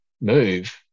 move